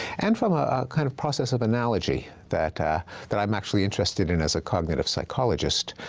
and from a kind of process of analogy that ah that i'm actually interested in as a cognitive psychologist.